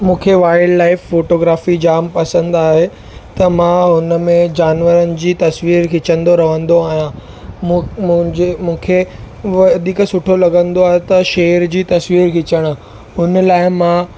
मूंखे wildlife photography जाम पसंदि आहे त मां हुन में जानवरनि जी तस्वीर खिचंदो रहंदो आहियां मुक मुंहिंजे मूंखे उहा वधीक सुठो लॻंदो आहे त शेर जी तस्वीर खिचणु हुन लाइ मां